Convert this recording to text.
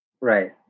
Right